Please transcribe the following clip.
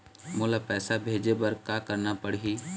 मोला पैसा भेजे बर का करना पड़ही?